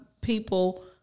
people